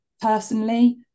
Personally